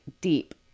deep